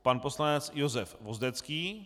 Pan poslanec Josef Vozdecký.